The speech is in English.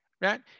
Right